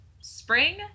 spring